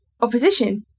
opposition